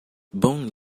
bom